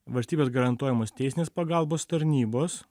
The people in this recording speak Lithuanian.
valstybės garantuojamos teisinės pagalbos tarnybos